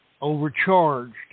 overcharged